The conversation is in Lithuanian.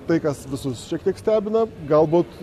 tai kas visus šiek tiek stebina galbūt